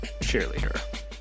Cheerleader